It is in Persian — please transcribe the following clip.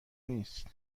نیست